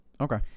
Okay